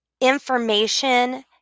information